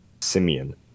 Simeon